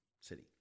City